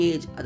Age